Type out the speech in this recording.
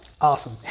Awesome